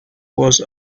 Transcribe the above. was